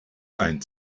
ein